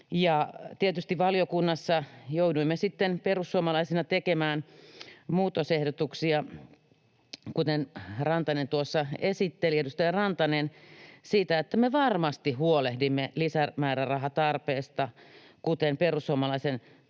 tietysti valiokunnassa jouduimme perussuomalaisina tekemään muutosehdotuksia, kuten edustaja Rantanen tuossa esitteli, siitä, että me varmasti huolehdimme lisämäärärahatarpeesta, kuten perussuomalaisten vastalauseessa